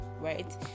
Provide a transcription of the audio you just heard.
right